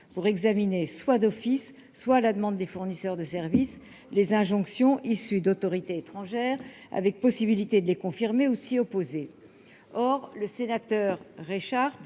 pour examiner, soit d'office, soit à la demande des fournisseurs de services, les injonctions issus d'autorités étrangères, avec possibilité de les confirmer aussi opposés, or le sénateur Richard